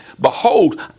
behold